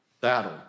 battle